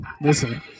Listen